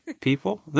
people